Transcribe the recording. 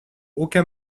aucun